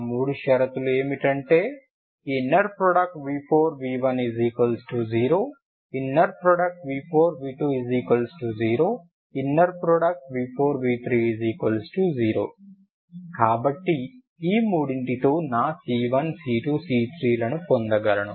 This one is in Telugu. ఆ మూడు షరతులు ఏమిటంటే v4v10 v4v20 v4v30 కాబట్టి ఈ మూడింటితో నేను నా c1 c2 c3 లను పొందగలను